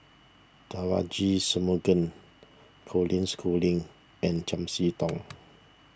Devagi Sanmugam Colin Schooling and Chiam See Tong